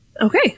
okay